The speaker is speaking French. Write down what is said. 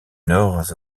nord